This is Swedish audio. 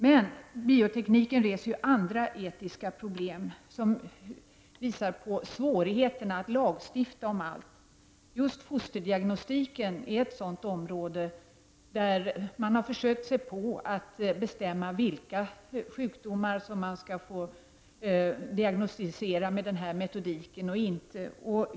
Men biotekniken reser andra etiska problem, som visar på svårigheterna att lagstifta om allt. Just fosterdiagnostiken är ett område där man försöker sig på att bestämma vilka sjukdomar som skall få diagnostiseras med den metoden.